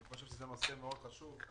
אני חושב שזה מעשה מאוד חשוב.